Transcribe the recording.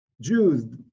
Jews